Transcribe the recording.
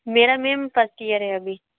मेरा ma'am first year है अभी